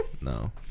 No